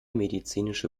medizinische